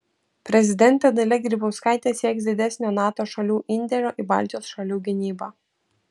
prezidentė dalia grybauskaitė sieks didesnio nato šalių indėlio į baltijos šalių gynybą